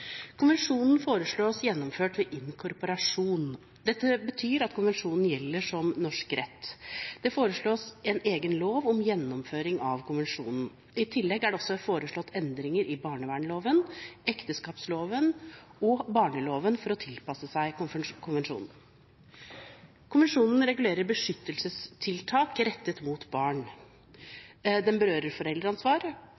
Konvensjonen foreslås gjennomført ved inkorporasjon. Dette betyr at konvensjonen gjelder som norsk rett. Det foreslås en egen lov om gjennomføring av konvensjonen. I tillegg er det også foreslått endringer i barnevernsloven, ekteskapsloven og barneloven for å tilpasse seg konvensjonen. Konvensjonen regulerer beskyttelsestiltak rettet mot barn. Den berører foreldreansvar,